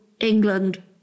England